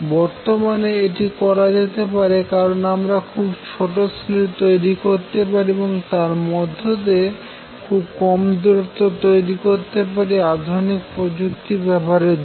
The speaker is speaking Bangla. বর্তমানে এটি করা যেতে পারে কারন আমরা খুব ছোট স্লিট তৈরি করতে পারি এবং তাদের মধ্যে খুব কম দূরত্ব তৈরি করতে পারি আধুনিক প্রযুক্তিতে ব্যবহারের জন্য